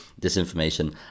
disinformation